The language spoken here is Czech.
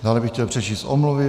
Dále bych chtěl přečíst omluvy.